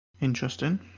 Interesting